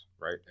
right